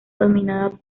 dominada